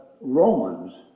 Romans